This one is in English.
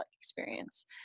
experience